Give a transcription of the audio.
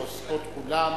העוסקות כולן